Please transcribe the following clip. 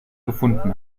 gefunden